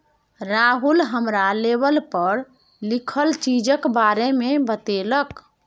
राहुल हमरा लेवल पर लिखल चीजक बारे मे बतेलक